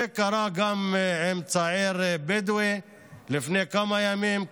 זה קרה גם עם צעיר בדואי לפני כמה ימים,